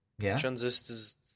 Transistors